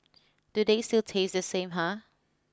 do they still taste the same ah